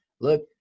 look